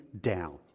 down